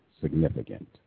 significant